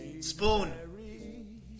Spoon